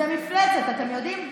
זאת מפלצת, אתם יודעים?